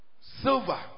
silver